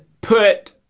put